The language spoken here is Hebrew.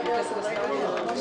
הצעת תקציב רשות